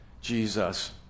Jesus